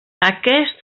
aquests